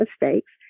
mistakes